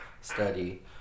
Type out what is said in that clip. study